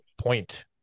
point